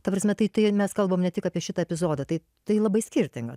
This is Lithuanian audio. ta prasme tai tai mes kalbam ne tik apie šitą epizodą tai tai labai skirtinga